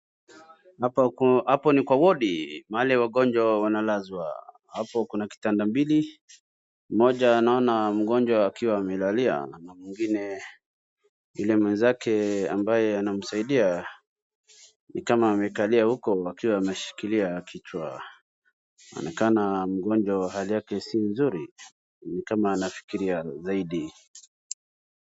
Hapo ni kwa wadi mahali ambapo wagonjwa wanalazwa. Hapo kuna kitanda mbili moja naona mgonjwa akiwa amelalia na mwingine ile mwenzake ambaye anamsaidia nikama amekalia uko akiwa ameshikilia kichwa. Inaonekana mgonjwa hali yake si nzuri nikama anafikiria zaidi.